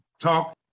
talk